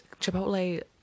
Chipotle